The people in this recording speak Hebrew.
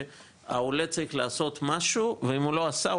שהעולה צריך לעשות משהו ואם הוא לא עשה,